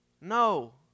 no